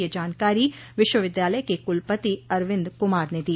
यह जानकारी विश्वविद्यालय के कुलपति अरविन्द कुमार ने दी